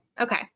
Okay